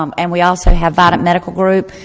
um and we also have vidant medical group.